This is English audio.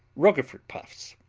roquefort puffs